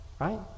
right